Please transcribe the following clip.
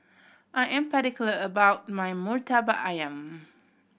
I am particular about my Murtabak Ayam